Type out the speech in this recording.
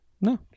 No